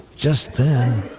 just then,